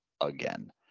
again